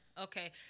okay